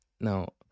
Now